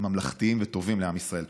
ממלכתיים וטובים לעם ישראל.